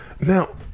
Now